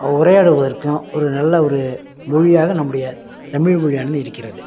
உரையாடுவதற்கும் ஒரு நல்ல ஒரு மொழியாக நம்முடைய தமிழ் மொழியானது இருக்கிறது